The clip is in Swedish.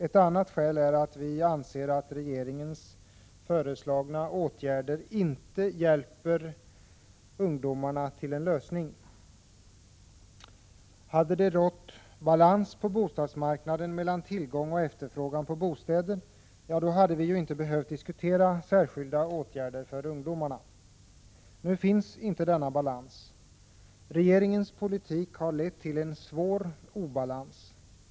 Ett annat skäl är att vi anser att de av regeringen föreslagna åtgärderna inte hjälper ungdomarna till en lösning. Hade det rått balans på bostadsmarknaden mellan tillgång och efterfrågan på bostäder, hade vi inte behövt diskutera särskilda åtgärder för ungdomar. Nu finns inte denna balans. Regeringens politik har lett till en svår obalans.